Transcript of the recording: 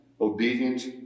obedient